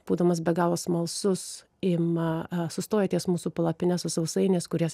būdamas be galo smalsus ima sustoja ties mūsų palapine su sausainiais kurias